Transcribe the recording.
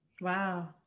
Wow